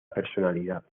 personalidad